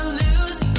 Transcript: lose